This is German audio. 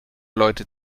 leute